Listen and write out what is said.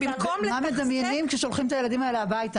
מה מדמיינים כששולחים את הילדים האלה הביתה?